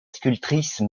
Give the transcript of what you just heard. sculptrice